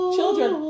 Children